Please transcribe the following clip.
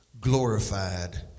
glorified